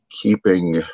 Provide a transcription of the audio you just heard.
keeping